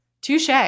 Touche